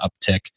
uptick